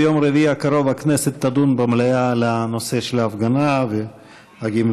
ביום רביעי הקרוב הכנסת תדון במליאה בנושא של ההפגנה והגמלאים.